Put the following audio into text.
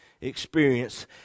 experience